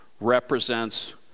represents